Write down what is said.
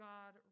God